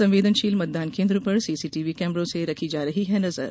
संवेदनशील मतदान केन्द्रों पर सीसीटीवी कैमरों से रखी जा रही है नजर